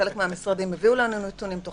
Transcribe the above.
חלק מהמשרדים הביאו לנו נתונים בתוך